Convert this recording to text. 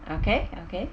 okay okay